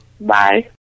Bye